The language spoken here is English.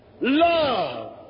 love